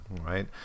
right